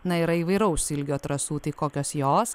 na yra įvairaus ilgio trasų tai kokios jos